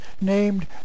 named